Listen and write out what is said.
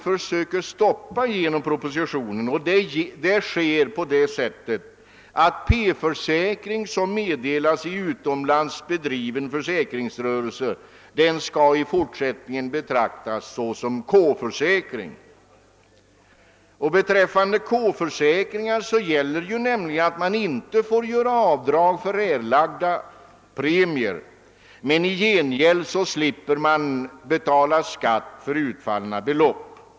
Förslaget i propositionen — vars syfte alltså är att stoppa denna skatteflykt — innebär att P-försäkring som meddelats i utomlands bedriven försäkringsrörelse i fortsättningen skall betraktas som K-försäkring. Beträffande K-försäkring gäller nämligen att man inte får göra avdrag för erlagda premier men i gengäld slipper betala skatt för utfallna belopp.